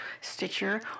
stitcher